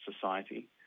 society